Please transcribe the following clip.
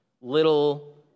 little